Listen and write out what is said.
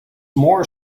more